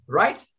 right